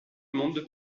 monde